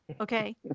okay